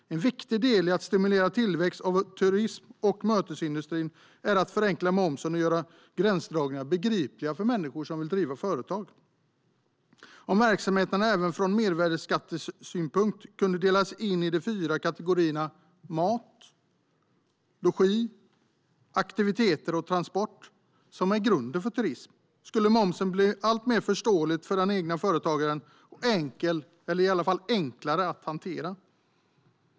En viktig del i att stimulera tillväxt av turism och mötesindustri är att förenkla momsen och göra gränsdragningarna begripliga för människor som vill driva företag. Om verksamheterna även från mervärdesskattesynpunkt kunde delas in i de fyra kategorierna mat, logi, aktiviteter och transport, som är grunden för turism, skulle momsen för den egna företagaren bli mer förståelig och enkel, eller i varje fall enklare, att hantera.